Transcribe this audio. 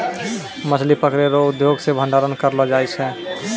मछली पकड़ै रो उद्योग से भंडारण करलो जाय छै